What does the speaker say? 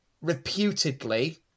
Reputedly